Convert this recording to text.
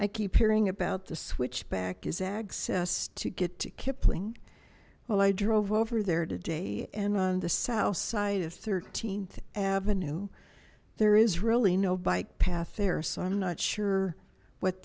i keep hearing about the switchback is access to get to kipling well i drove over there today and on the south side of thirteen avenue there is really no bike path there so i'm not sure what